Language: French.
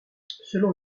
selon